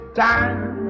time